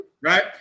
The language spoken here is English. Right